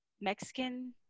Mexican